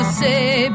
say